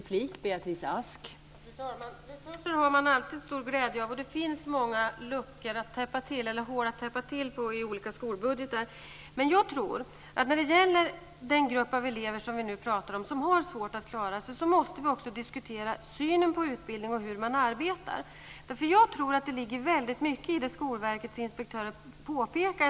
Fru talman! Resurser har man alltid stor glädje av, och det finns många hål att täppa till i olika skolbudgetar. Men när det gäller den grupp av elever som vi nu pratar om, som har svårt att klara sig, tror jag att vi också måste diskutera synen på utbildning och frågan om hur man arbetar. Jag tror nämligen att det ligger mycket i det som Skolverkets inspektörer påpekar.